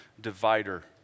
divider